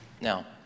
Now